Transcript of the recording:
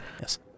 Yes